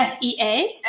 fea